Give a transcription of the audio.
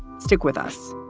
stick with us